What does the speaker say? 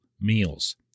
meals